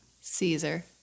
Caesar